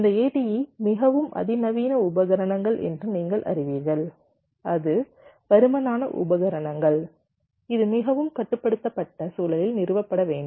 இந்த ATE மிகவும் அதிநவீன உபகரணங்கள் என்று நீங்கள் அறிவீர்கள் இது பருமனான உபகரணங்கள் இது மிகவும் கட்டுப்படுத்தப்பட்ட சூழலில் நிறுவப்பட வேண்டும்